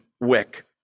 wick